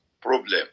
problem